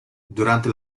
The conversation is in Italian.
durante